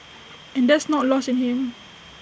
and that's not lost in him